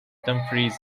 dumfries